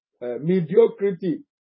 mediocrity